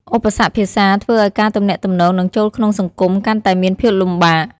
ឧបសគ្គភាសាធ្វើឲ្យការទំនាក់ទំនង និងចូលក្នុងសង្គមកាន់តែមានភាពលំបាក។